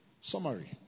Summary